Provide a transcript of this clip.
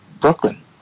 Brooklyn